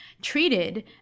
treated